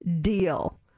deal